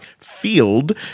field